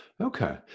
Okay